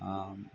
आम्